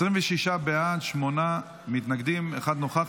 26 בעד, שמונה מתנגדים, אחד נוכח.